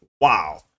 Wow